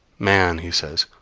man, he says,